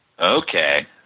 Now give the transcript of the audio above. okay